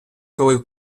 коли